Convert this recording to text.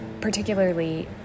particularly